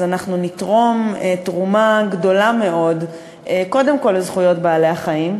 אז אנחנו נתרום תרומה גדולה מאוד קודם כול לזכויות בעלי-החיים,